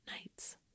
nights